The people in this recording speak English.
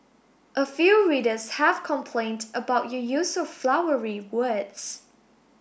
a few readers have complained about your use of flowery words